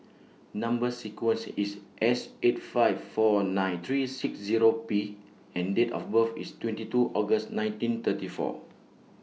Number sequence IS S eight five four nine three six Zero P and Date of birth IS twenty two August nineteen thirty four